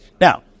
Now